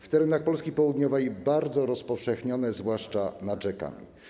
W terenach Polski południowej są bardzo rozpowszechnione, zwłaszcza nad rzekami.